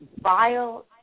vile